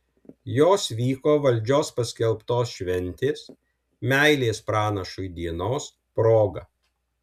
jos vyko valdžios paskelbtos šventės meilės pranašui dienos proga